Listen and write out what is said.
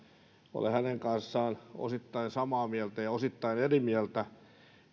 olen hänen kanssaan osittain samaa mieltä ja osittain eri mieltä